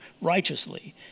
righteously